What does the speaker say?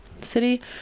city